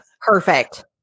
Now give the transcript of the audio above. Perfect